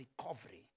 recovery